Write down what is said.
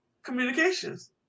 Communications